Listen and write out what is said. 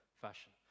fashion